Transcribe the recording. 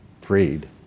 Freed